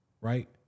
right